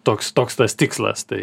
toks toks tas tikslas tai